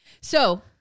So-